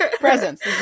Presents